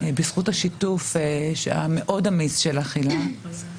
בזכות השיתוף המאוד אמיץ שלך, הילה